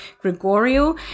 Gregorio